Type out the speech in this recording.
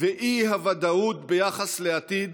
והאי-ודאות ביחס לעתיד